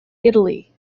italy